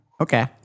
Okay